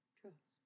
trust